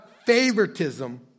favoritism